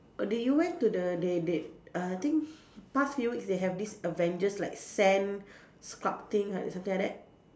err did you went to the they did uh I think past few weeks they have these Avengers like sand sculpting like something like that